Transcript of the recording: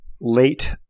late